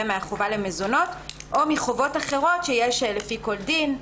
מהחובה למזונות או מחובות אחרות שיש לפי כל דין.